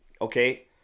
okay